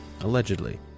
Allegedly